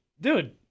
dude